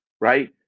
right